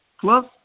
plus